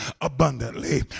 abundantly